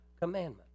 commandment